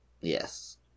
yes